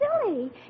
silly